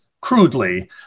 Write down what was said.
crudely